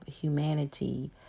humanity